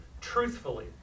truthfully